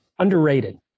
Underrated